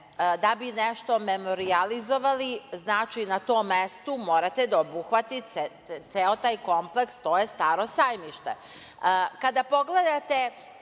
da bi nešto memorizalizovali, znači na tom mestu morate da obuhvatite ceo taj kompleks, to je Staro sajmište.